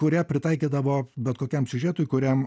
kurią pritaikydavo bet kokiam siužetui kuriam